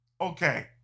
Okay